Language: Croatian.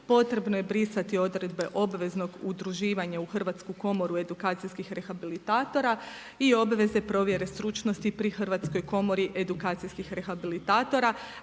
potrebno je brisati odredbe obveznog udruživanja u Hrvatsku komoru edukacijskih rehabilitatora i obveze provjere stručnosti pri Hrvatskoj komori edukacijskih rehabilitatora